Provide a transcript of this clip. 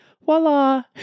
voila